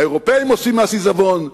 האירופים עושים מס עיזבון.